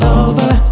over